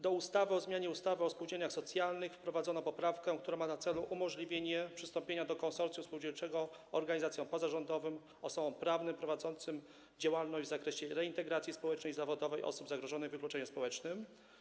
Do ustawy o zmianie ustawy o spółdzielniach socjalnych wprowadzono poprawkę, która ma na celu umożliwienie przystąpienia do konsorcjum spółdzielczego organizacjom pozarządowym, osobom prawnym, prowadzącym działalność w zakresie reintegracji społecznej i zawodowej osób zagrożonych wykluczeniem społecznym.